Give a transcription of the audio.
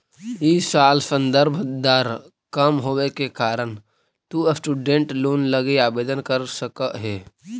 इ साल संदर्भ दर कम होवे के कारण तु स्टूडेंट लोन लगी आवेदन कर सकऽ हे